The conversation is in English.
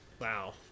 wow